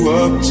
up